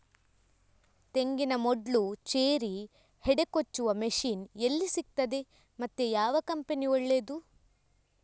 ತೆಂಗಿನ ಮೊಡ್ಲು, ಚೇರಿ, ಹೆಡೆ ಕೊಚ್ಚುವ ಮಷೀನ್ ಎಲ್ಲಿ ಸಿಕ್ತಾದೆ ಮತ್ತೆ ಯಾವ ಕಂಪನಿ ಒಳ್ಳೆದು?